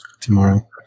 tomorrow